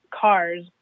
cars